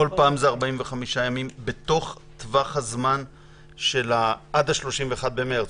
בכל פעם מדובר ב-45 ימים בתוך טווח הזמן עד ה-31 במרס,